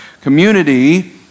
Community